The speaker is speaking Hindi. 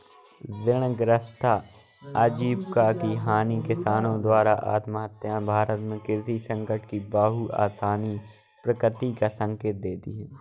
ऋणग्रस्तता आजीविका की हानि किसानों द्वारा आत्महत्याएं भारत में कृषि संकट की बहुआयामी प्रकृति का संकेत देती है